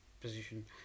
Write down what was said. position